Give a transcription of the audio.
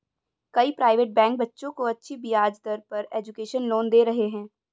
कई private bank बच्चों को अच्छी ब्याज दर पर एजुकेशन लोन दे रहे है